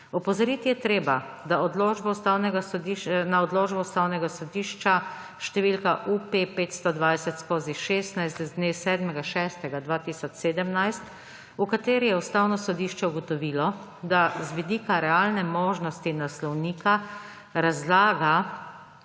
Opozoriti je treba na odločbo Ustavnega sodišča številka Up-520/16 z dne 7. 6. 2017, v kateri je Ustavno sodišče ugotovilo, da z vidika realne možnosti naslovnika razlaga,